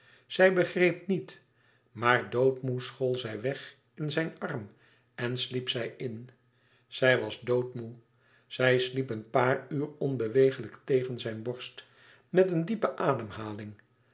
zij begreep niet maar doodmoê school zij weêr weg in zijn arm en sliep zij in zij was doodmoê zij sliep een paar uur onbewegelijk tegen zijn borst met eene diepe ademhaling